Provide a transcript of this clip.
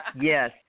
Yes